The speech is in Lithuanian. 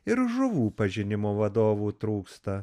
ir žuvų pažinimo vadovų trūksta